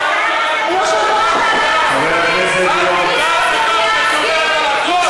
--- חבר הכנסת גילאון, אני קורא אותך לסדר בפעם